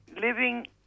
living